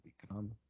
become